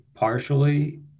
partially